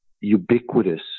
ubiquitous